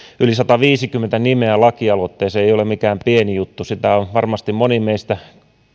yli sataviisikymmentä nimeä lakialoitteeseen ei ole mikään pieni juttu sitä on varmasti moni meistä